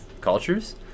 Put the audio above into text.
cultures